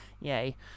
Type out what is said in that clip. Yay